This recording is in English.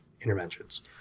interventions